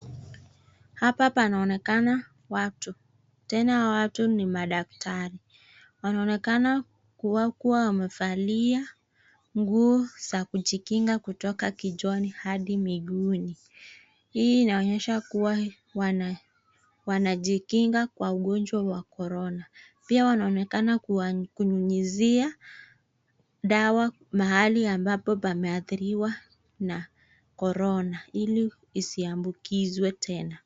Hapa panaonekana watu, tena hao watu ni madaktari. Wanaonekana kuwa wamevalia nguo za kujikinga kutoka kichwani hadi miguuni. Hii inaonyesha kuwa wanajikinga kwa ugonjwa wa korona. Pia wanaonekana kunyunyizia dawa mahali ambapo pameathiriwa na korona ili isiambukizwe tena.